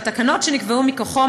והתקנות שנקבעו מכוחו,